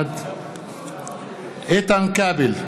בעד איתן כבל,